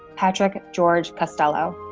patrick george costello.